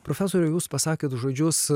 profesoriau jūs pasakėt žodžius